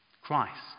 Christ